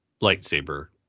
lightsaber